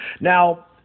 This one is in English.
Now